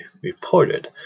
reported